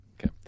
Okay